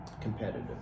competitive